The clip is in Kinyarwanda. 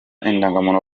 indangamuntu